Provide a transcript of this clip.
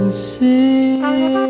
see